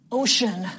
ocean